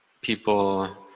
people